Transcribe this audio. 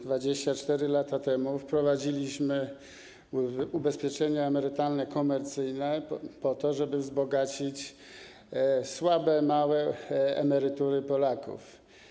24 lata temu wprowadziliśmy ubezpieczenia emerytalne komercyjne po to, żeby wzbogacić słabe, małe emerytury Polaków.